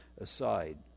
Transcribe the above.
aside